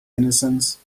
innocence